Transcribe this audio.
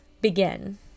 begin